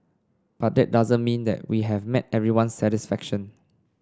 but that doesn't mean that we have met everyone satisfaction